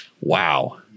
Wow